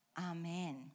Amen